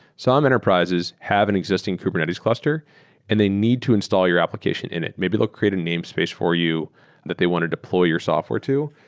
some enterprises have an existing kubernetes cluster and they need to install your application in it. may they'll create a namespace for you that they want to deploy your software to,